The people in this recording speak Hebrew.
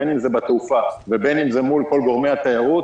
בין אם בתעופה ובין אם מול כל גורמי התיירות,